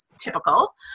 typical